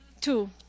Two